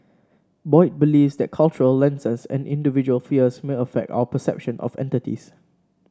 Boyd believes that cultural lenses and individual fears may affect our perception of entities